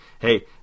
hey